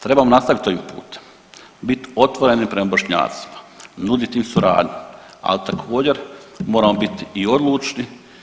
Trebamo nastaviti ovim putem, bit otvoreni prema Bošnjacima, nudit im suradnju, ali također moramo biti i odlučni.